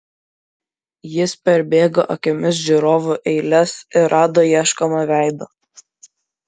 jis perbėgo akimis žiūrovų eiles ir rado ieškomą veidą